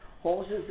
horses